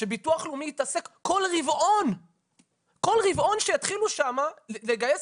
שביטוח לאומי יתעסק כל רבעון שיתחילו שם לגייס